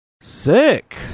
Sick